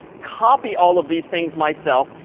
copy all of these things myself,